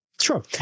Sure